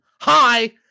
Hi